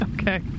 Okay